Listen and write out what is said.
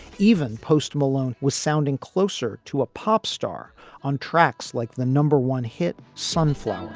even post malone was sounding closer to a pop star on tracks like the number one hit sunflower